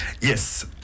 Yes